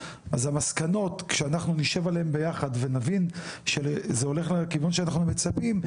אז כשאנחנו נשב על המסקנות ביחד ונבין שזה הולך לכיוון שאנחנו מצפים,